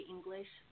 English